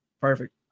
Perfect